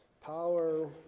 power